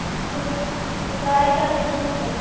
अच्छा गाय का कि दूध का